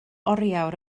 oriawr